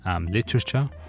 Literature